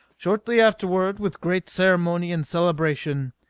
shortly afterward, with great ceremony and celebration,